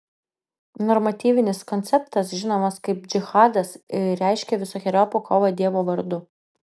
normatyvinis konceptas žinomas kaip džihadas reiškia visokeriopą kovą dievo vardu